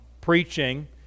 preaching